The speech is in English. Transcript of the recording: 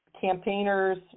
campaigners